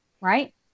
right